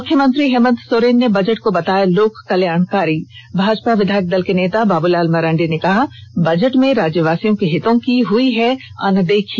मुख्यमंत्री हेमंत सोरेन ने बजट को बताया लोक कल्याणकारी भाजपा विधायक दल के नेता बाबूलाल मरांडी ने कहा बजट में राज्यवासियों के हितों की हुई है अनदेखी